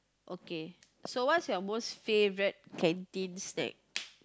okay so what's your most favourite canteen snack